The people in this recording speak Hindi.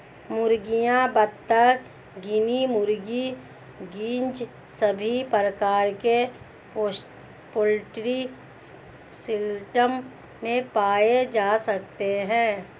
मुर्गियां, बत्तख, गिनी मुर्गी, गीज़ सभी प्रकार के पोल्ट्री सिस्टम में पाए जा सकते है